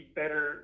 better